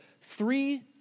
three